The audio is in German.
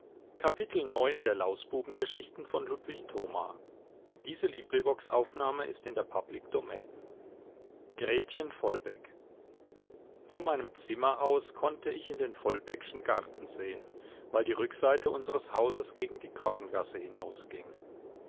von meinem zimmer aus konnte ich in den vollbeckschen garten sehen weil die rückseite unseres hauses gegen die korngasse